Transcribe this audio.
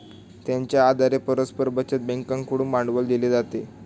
त्यांच्या आधारे परस्पर बचत बँकेकडून भांडवल दिले जाते